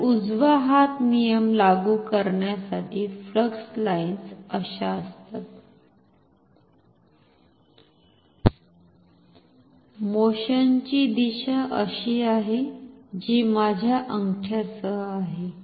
तर उजवा हात नियम लागू करण्यासाठी फ्लक्स लाईन्स अशा असतात मोशनची दिशा अशी आहे जी माझ्या अंगठ्यासह आहे